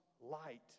light